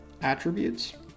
attributes